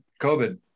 covid